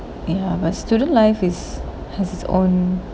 ya but student life is has own